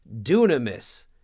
Dunamis